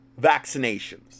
vaccinations